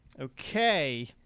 Okay